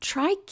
Try